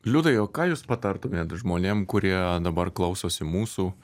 liudai o ką jūs patartumėt žmonėm kurie dabar klausosi mūsų